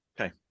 okay